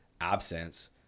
absence